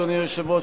אדוני היושב-ראש,